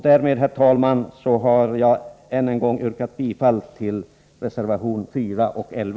Därmed, herr talman, yrkar jag än en gång bifall till reservationerna 4 och Le